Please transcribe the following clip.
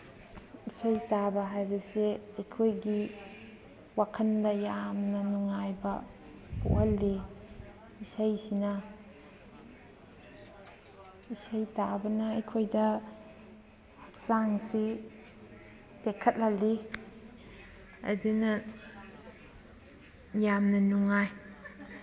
ꯏꯁꯩ ꯇꯥꯕ ꯍꯥꯏꯕꯁꯦ ꯑꯩꯈꯣꯏꯒꯤ ꯋꯥꯈꯟꯗ ꯌꯥꯝꯅ ꯅꯨꯡꯉꯥꯏꯕ ꯄꯣꯛꯍꯜꯂꯤ ꯏꯁꯩꯁꯤꯅ ꯏꯁꯩ ꯇꯥꯕꯅ ꯑꯩꯈꯣꯏꯗ ꯍꯛꯆꯥꯡꯁꯤ ꯇꯦꯛꯈꯠꯍꯜꯂꯤ ꯑꯗꯨꯅ ꯌꯥꯝꯅ ꯅꯨꯡꯉꯥꯏ